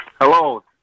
Hello